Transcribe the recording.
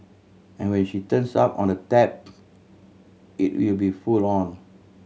and when she turns on the tap it will be full on